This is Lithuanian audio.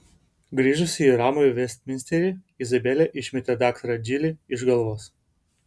grįžusi į ramųjį vestminsterį izabelė išmetė daktarą džilį iš galvos